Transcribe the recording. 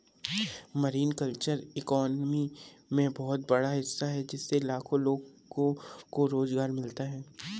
marine culture economy में बहुत बड़ा हिस्सा है इससे लाखों लोगों को रोज़गार मिल हुआ है